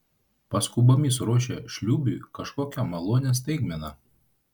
paskubomis ruošė šlubiui kažkokią malonią staigmeną